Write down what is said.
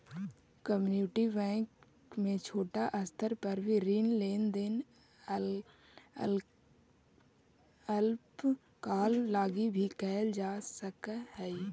community bank में छोटा स्तर पर भी ऋण लेन देन अल्पकाल लगी भी कैल जा सकऽ हइ